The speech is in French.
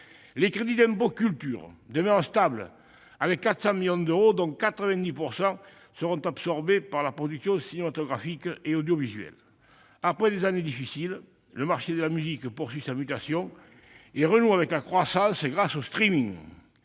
secteur de la culture demeurent stables : ils s'élèvent à 400 millions d'euros, dont 90 % seront absorbés par la production cinématographique et audiovisuelle. Après des années difficiles, le marché de la musique poursuit sa mutation et renoue avec la croissance grâce au.